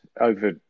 over